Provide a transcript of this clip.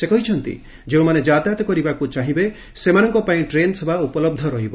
ସେ କହିଛନ୍ତି ଯେଉଁମାନେ ଯାତାୟତ କରିବାକୁ ଚାହିଁବେ ସେମାନଙ୍କ ପାଇଁ ଟ୍ରେନ୍ ସେବା ଉପଲହ୍ଧ ରହିବ